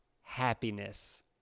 happiness